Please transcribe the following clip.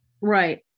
Right